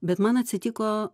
bet man atsitiko